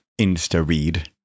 Instaread